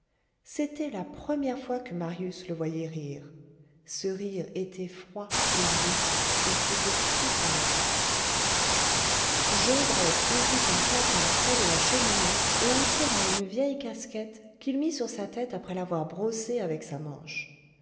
c'était la première fois que marius le voyait rire ce rire était froid et doux et faisait frissonner jondrette ouvrit un placard près de la cheminée et en tira une vieille casquette qu'il mit sur sa tête après l'avoir brossée avec sa manche